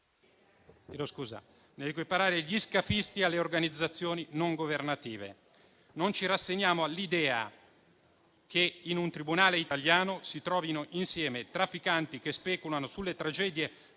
Non ci rassegniamo all'idea che in un tribunale italiano i trafficanti che speculano sulle tragedie